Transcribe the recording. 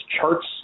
charts